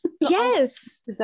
Yes